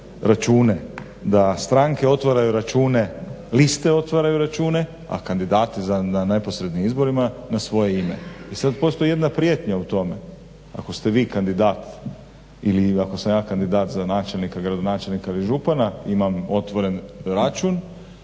Da stranke otvaraju račune, liste otvaraju račune a kandidati na neposrednim izborima na svoje ime. I sada postoji jedna prijetnja u tome, ako ste vi kandidat ili ako sam ja kandidat za načelnika, gradonačelnika i župana imam otvoren račun